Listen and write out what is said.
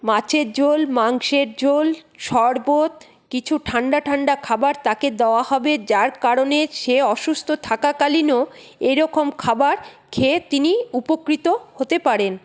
মাছের ঝোল মাংসের ঝোল শরবত কিছু ঠান্ডা ঠান্ডা খাবার তাকে দেওয়া হবে যার কারণে সে অসুস্থ থাকাকালীনও এরকম খাবার খেয়ে তিনি উপকৃত হতে পারেন